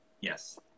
yes